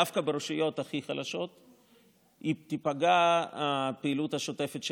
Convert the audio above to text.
דווקא ברשויות הכי חלשות תיפגע הפעילות השוטפת,